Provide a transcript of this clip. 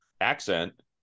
Accent